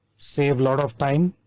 save alot of time.